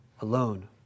alone